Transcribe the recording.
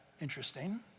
interesting